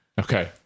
okay